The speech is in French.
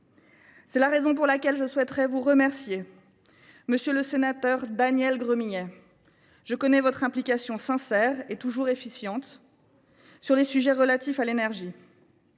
C’est pourquoi je tiens à vous remercier, monsieur le sénateur Daniel Gremillet. Je connais votre implication sincère et toujours efficiente sur les sujets relatifs à l’énergie.